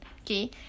Okay